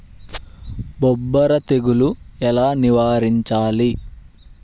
బొబ్బర తెగులు ఎలా నివారించాలి?